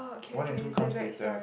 one and two comes later